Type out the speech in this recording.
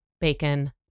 Bacon